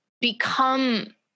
become